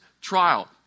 trial